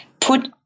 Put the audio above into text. put